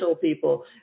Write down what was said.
people